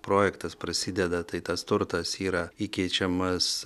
projektas prasideda tai tas turtas yra įkeičiamas